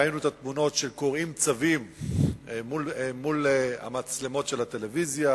ראינו את התמונות שהם קורעים צווים מול המצלמות של הטלוויזיה,